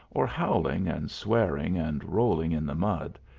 or howling and swearing and rolling in the mud,